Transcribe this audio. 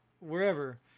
wherever